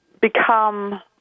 become